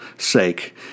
sake